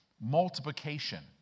multiplication